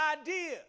idea